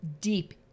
deep